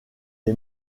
est